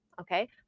Okay